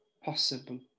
possible